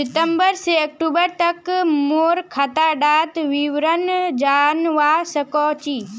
सितंबर से अक्टूबर तक मोर खाता डार विवरण जानवा चाहची?